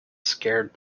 scared